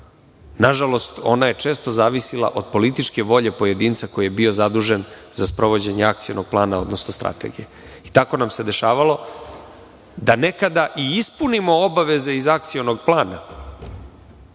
rekli. Nažalost, ona je često zavisila od političke volje pojedinca koji je bio zadužen za sprovođenje akcionog plana, odnosno strategije. Tako nam se dešavalo da nekada i ispunimo obaveze iz akcionog plana,